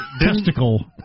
testicle